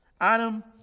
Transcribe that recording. Adam